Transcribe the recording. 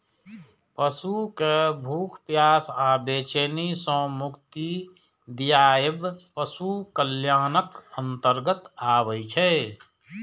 पशु कें भूख, प्यास आ बेचैनी सं मुक्ति दियाएब पशु कल्याणक अंतर्गत आबै छै